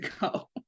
go